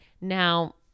Now